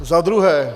Za druhé.